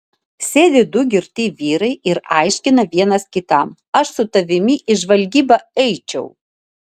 sėdi du girti vyrai ir aiškina vienas kitam aš su tavimi į žvalgybą eičiau